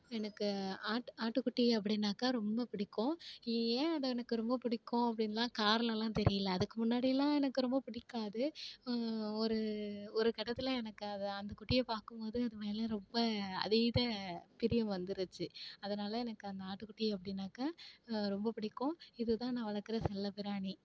எனக்கு ஆட் ஆட்டுக்குட்டி அப்படின்னாக்கா ரொம்ப பிடிக்கும் ஏன் அதை எனக்கு ரொம்ப பிடிக்கும் அப்படின்லாம் காரணலாம் தெரியல அதுக்கு முன்னாடிலாம் எனக்கு ரொம்ப பிடிக்காது ஒரு ஒரு கட்டத்தில் எனக்கு அத அந்த குட்டியை பார்க்கும் போது அது மேலே ரொம்ப அதீத பிரியம் வந்துருச்சு அதனால எனக்கு அந்த ஆட்டுக்குட்டி அப்படின்னாக்கா ரொம்ப பிடிக்கும் இது தான் நான் வளர்க்கற செல்லப்பிராணி